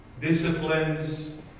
Disciplines